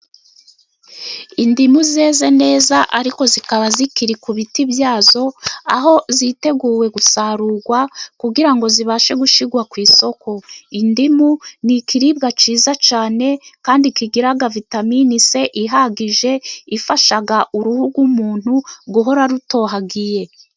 Indimu zeze neza ariko zikaba zikiri ku biti byazo, aho ziteguwe gusarurwa kugira ngo zibashe gushyirwa ku isoko. Indimu ni ikiribwa cyiza cyane kandi kigira vitamini c ihagije, ifasha uruhu rw'umuntu guhora rutohagiye.